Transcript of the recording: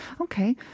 okay